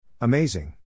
Amazing